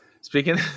Speaking